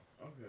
Okay